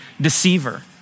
deceiver